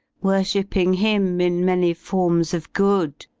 worshipping him, in many forms of good,